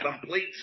complete